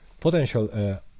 potential